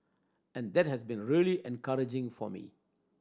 and that has been really encouraging for me